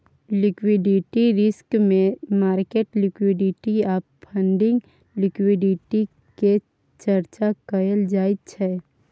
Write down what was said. liquidity risk मे market liquidity आ funding liquidity के चर्चा कएल जाइ छै